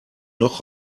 noch